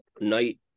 night